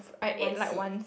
one seed